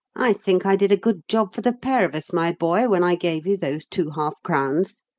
i think i did a good job for the pair of us, my boy, when i gave you those two half-crowns.